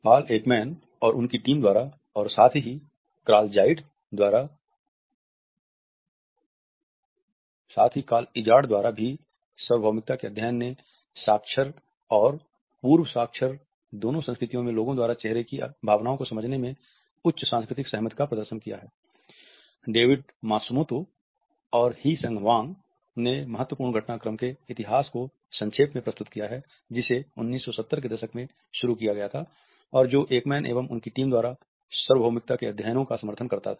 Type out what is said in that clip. Paul Ekman एवं उनकी team द्वारा और साथ ही क्रॉल इज़ार्ड ने महत्वपूर्ण घटनाक्रमों के इतिहास को संक्षेप में प्रस्तुत किया है जिसे 1970 के दशक में शुरू किया था और जो एकमैन एवं उनकी टीम द्वारा सार्वभौमिकता अध्ययनों का समर्थन करता था